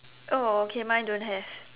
oh okay mine don't have